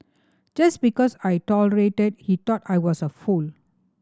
just because I tolerated he thought I was a fool